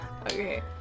Okay